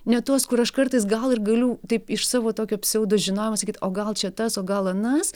ne tuos kur aš kartais gal ir galiu taip iš savo tokio pseudožinojimo sakyt o gal čia tas o gal anas